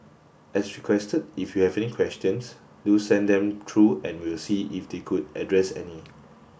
as requested if you have any questions do send them through and we'll see if they could address any